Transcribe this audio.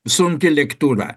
sunkia lėktūra